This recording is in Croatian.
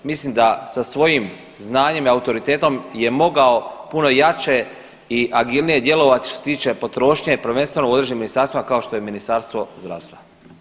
Mislim da svojim znanjem i autoritetom je mogao puno jače i agilnije djelovati što se tiče potrošnje prvenstveno u određenim ministarstvima kao što je Ministarstvo zdravstva.